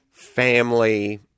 Family